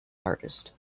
artists